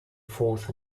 fourth